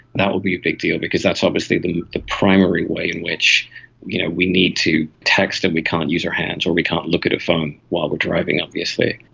that will be a big deal because that's obviously the primary way in which you know we need to text and we can't use our hands or we can't look at a phone while we are driving obviously.